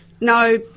No